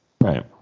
Right